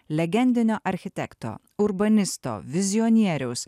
legendinio architekto urbanisto vizijonieriaus